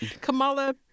Kamala